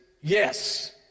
yes